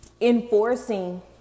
enforcing